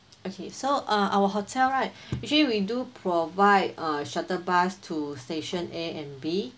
okay so uh our hotel right actually we do provide a shuttle bus to station A and B